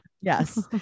Yes